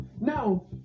now